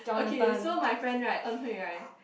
okay so my friend right En-Hui right